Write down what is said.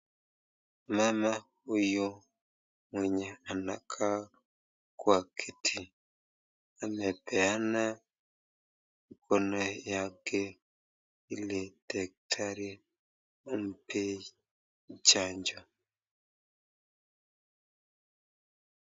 Mama huyu mwenye anakaa kwa kiti amepeana mkono yake ili daktari ampee chanjo.